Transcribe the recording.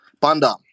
Panda